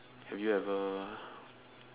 have you ever